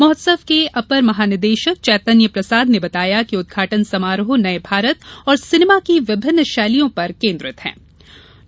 महोत्सव के अपर महानिदेशक चैतन्य प्रसाद ने बताया कि उद्घाटन समारोह नये भारत और सिनेमा की विभिन्न शैलियों पर केन्द्रित थे